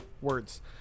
words